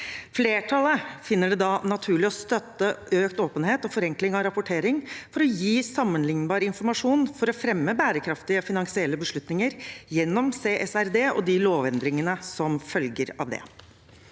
Flertallet finner det da naturlig å støtte økt åpenhet og forenkling av rapportering, for å gi sammenlignbar informasjon for å fremme bærekraftige finansielle beslutninger gjennom CSRD og de lovendringene som følger av det.